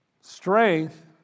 Strength